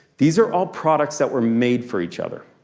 these are all products that were made for each other.